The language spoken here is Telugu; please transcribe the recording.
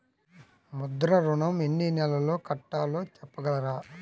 ముద్ర ఋణం ఎన్ని నెలల్లో కట్టలో చెప్పగలరా?